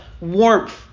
warmth